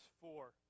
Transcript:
four